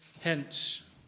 hence